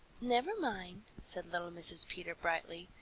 never mind, said little mrs. peter brightly.